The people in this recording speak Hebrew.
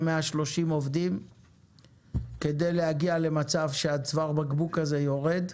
130 עובדים כדי להגיע למצב שצוואר הבקבוק הזה יורד.